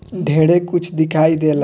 ढेरे कुछ दिखाई देला